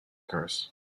curse